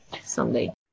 someday